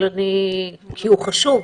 כי הוא חשוב,